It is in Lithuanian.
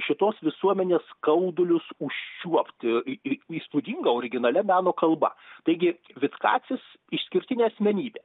šitos visuomenės skaudulius užčiuopti įspūdinga originalia meno kalba taigi vitkacis išskirtinė asmenybė